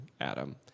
Adam